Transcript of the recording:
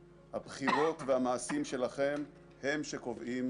ואנחנו נמצאים בקשר הדוק מאוד איתם והם מאירים לנו